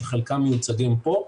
שחלקם מיוצגים פה,